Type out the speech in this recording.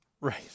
Right